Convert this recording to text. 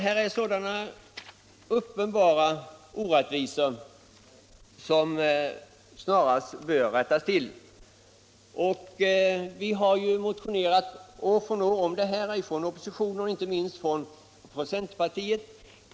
Här finns uppenbara orättvisor, som snarast bör rättas till. Vi har motionerat år från år om detta från oppositionen, inte minst från centerpartiet.